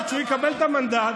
כשהוא יקבל את המנדט,